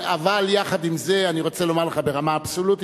אבל יחד עם זה, אני רוצה לומר לך: ברמה אבסולוטית.